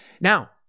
Now